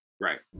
Right